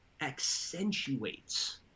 accentuates